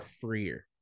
freer